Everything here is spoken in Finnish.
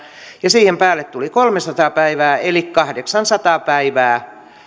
ja siihen päälle tuli kolmesataa päivää eli kahdeksansataa päivää